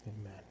Amen